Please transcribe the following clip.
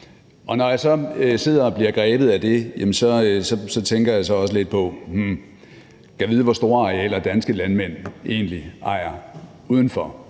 er. Når jeg så sidder og bliver grebet af det, tænker jeg så også lidt: Gad vide, hvor store arealer danske landmænd egentlig ejer uden for